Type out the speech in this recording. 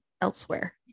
elsewhere